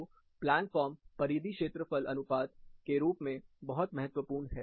तो plan form परिधि क्षेत्रफल अनुपात के रूप में बहुत महत्वपूर्ण है